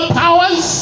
powers